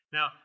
Now